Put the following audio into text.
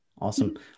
awesome